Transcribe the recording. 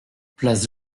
place